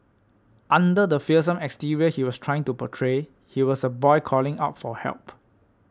under the fearsome exterior he was trying to portray he was a boy calling out for help